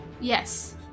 Yes